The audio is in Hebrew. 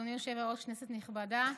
אדוני היושב-ראש, כנסת נכבדה,